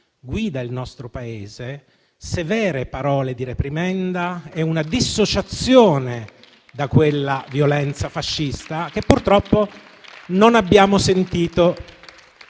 guida il nostro Paese severe parole di reprimenda e una dissociazione da quella violenza fascista, che purtroppo non abbiamo sentito.